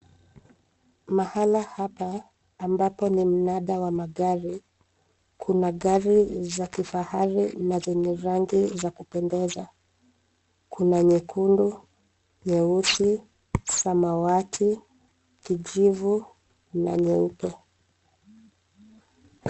Mahala hapa ambapo ni mnada wa magari. Kuna gari za kifahari na zenye rangi za kupendeza. Kuna nyekundu, nyeusi, samawati, kijivu na nyeupe.